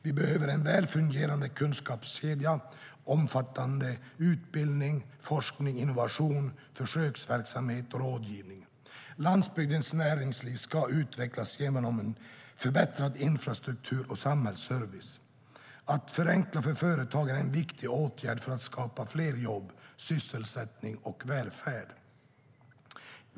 Vi behöver en väl fungerande kunskapskedja, omfattande utbildning, forskning, innovation, försöksverksamhet och rådgivning. Landsbygdens näringsliv ska utvecklas genom förbättrad infrastruktur och samhällsservice. Att förenkla för företagen är en viktig åtgärd för att skapa fler jobb, sysselsättning och välfärd.